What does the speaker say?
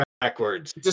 backwards